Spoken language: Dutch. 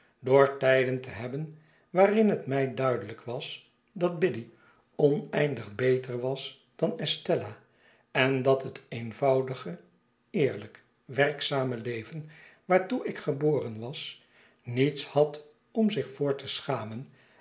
door tijden te hebben waarin het mij duiaelijk was dat biddy oneindig beter was dan estella en dat het eenvoudige eerhjk werkzame leven waartoe ik geboren was niets had om zich voor te schamen